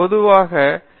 பேராசிரியர் ஆர்